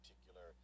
particular